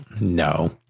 no